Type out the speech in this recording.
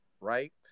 Right